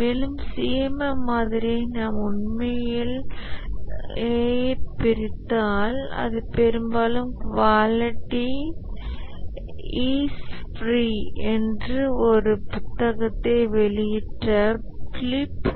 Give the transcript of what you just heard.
மேலும் CMM மாதிரியை நாம் உண்மையிலேயே பிரித்தால் அது பெரும்பாலும் குவாலிட்டி இஸ் ஃபிரீ என்று ஒரு புத்தகத்தை வெளியிட்ட பிலிப்